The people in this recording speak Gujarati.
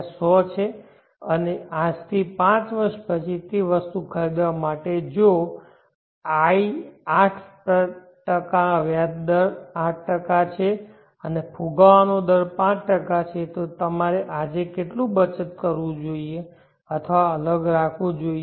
100 છે અને આજથી પાંચ વર્ષ પછી તે વસ્તુ ખરીદવા માટે જો i 8 વ્યાજ દર 8 ટકા છે અને ફુગાવાનો દર 5 છે તો તમારે આજે કેટલું બચત કરવું જોઈએ અથવા અલગ રાખવું જોઈએ